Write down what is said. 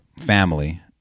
family